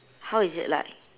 how is it like